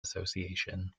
association